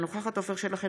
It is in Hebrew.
אינה נוכחת עפר שלח,